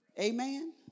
Amen